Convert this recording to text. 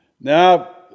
Now